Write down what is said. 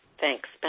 Thanks